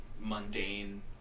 mundane